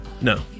No